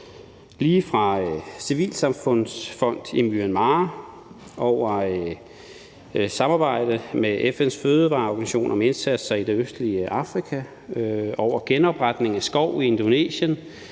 lige fra en civilsamfundsfond i Myanmar til samarbejde med FN's fødevareorganisationer om indsatser i det østlige Afrika og til genopretning af skov i Indonesien,